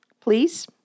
please